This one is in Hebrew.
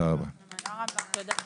הישיבה ננעלה בשעה